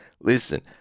Listen